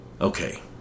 Okay